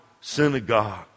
synagogue